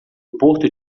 porto